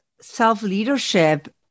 self-leadership